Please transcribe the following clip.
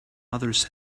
others